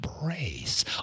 embrace